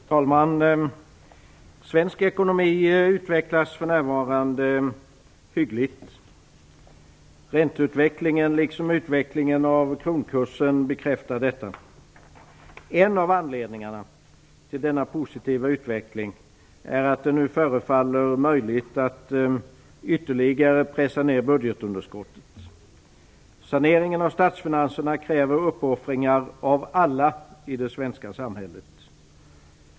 Fru talman! Svensk ekonomi utvecklas för närvarande hyggligt. Ränteutvecklingen liksom utvecklingen av kronkursen bekräftar detta. En av anledningarna till denna positiva utveckling är att det nu förefaller möjligt att ytterligare pressa ned budgetunderskottet. Saneringen av statsfinanserna kräver uppoffringar av alla i det svenska samhället.